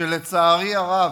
שלצערי הרב,